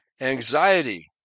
anxiety